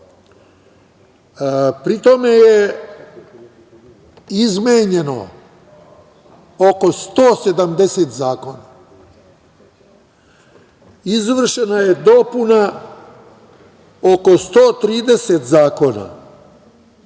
Pri tome je izmenjeno oko 170 zakona, izvršena je dopuna oko 130 zakona,